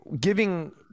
giving